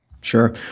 Sure